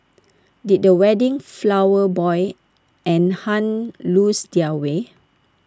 did the wedding flower boy and Hun lose their way